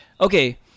okay